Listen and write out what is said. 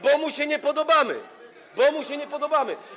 Bo mu się nie podobamy, bo mu się nie podobamy.